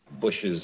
bushes